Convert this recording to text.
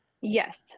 Yes